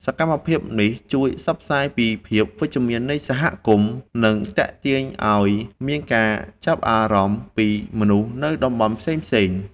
សកម្មភាពនេះជួយផ្សព្វផ្សាយពីភាពវិជ្ជមាននៃសហគមន៍ និងទាក់ទាញឱ្យមានការចាប់អារម្មណ៍ពីមនុស្សនៅតំបន់ផ្សេងៗ។